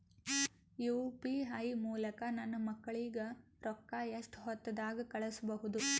UPI ಮೂಲಕ ನನ್ನ ಮಕ್ಕಳಿಗ ರೊಕ್ಕ ಎಷ್ಟ ಹೊತ್ತದಾಗ ಕಳಸಬಹುದು?